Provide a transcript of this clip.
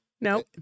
No